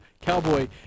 Cowboy